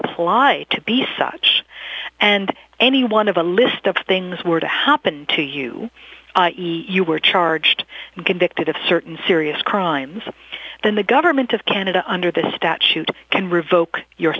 apply to be such and any one of a list of things were to happen to you you were charged and convicted of certain serious crimes then the government of canada under this statute can revoke your